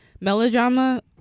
Melodrama